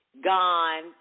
Gone